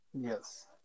Yes